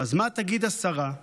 אז מה תגיד השרה,